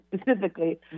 specifically